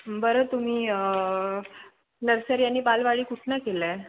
बरं तुम्ही नर्सरी आणि बालवाडी कुठून केलं आहे